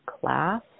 class